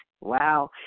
Wow